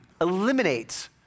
eliminate